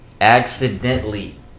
Accidentally